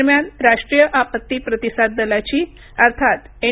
दरम्यान राष्ट्रीय आपत्ती प्रतिसाद दलाची अर्थात एन